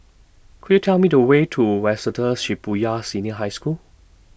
Could YOU Tell Me The Way to Waseda Shibuya Senior High School